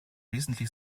recently